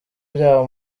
byabo